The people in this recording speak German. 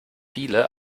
viele